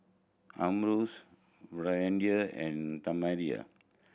Amos Brandi and